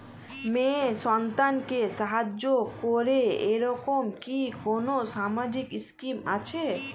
মেয়ে সন্তানকে সাহায্য করে এরকম কি কোনো সামাজিক স্কিম আছে?